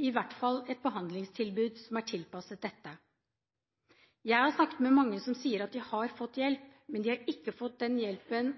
i hvert fall et behandlingstilbud som er tilpasset dette. Jeg har snakket med mange som sier at de har fått hjelp, men de har ikke fått den hjelpen